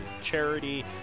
charity